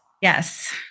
yes